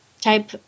type